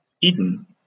Eden